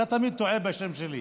אתה תמיד טועה בשם שלי.